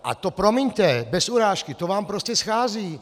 A to, promiňte, bez urážky, to vám prostě schází.